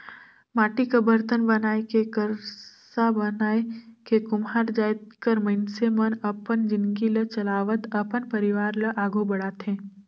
माटी कर बरतन बनाए के करसा बनाए के कुम्हार जाएत कर मइनसे मन अपन जिनगी ल चलावत अपन परिवार ल आघु बढ़ाथे